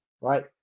right